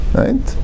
right